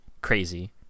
crazy